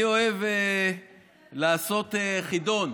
אני אוהב לעשות חידון.